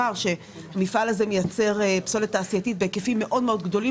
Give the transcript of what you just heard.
המפעל הזה מייצר פסולת תעשייתית בהיקפים מאוד-מאוד גדולים,